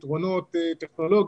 פתרונות טכנולוגיים,